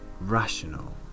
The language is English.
rational